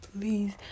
please